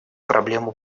проблему